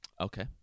Okay